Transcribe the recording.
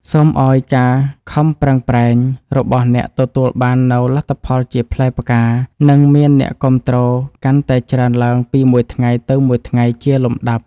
សូមឱ្យការខិតខំប្រឹងប្រែងរបស់អ្នកទទួលបាននូវលទ្ធផលជាផ្លែផ្កា និងមានអ្នកគាំទ្រកាន់តែច្រើនឡើងពីមួយថ្ងៃទៅមួយថ្ងៃជាលំដាប់។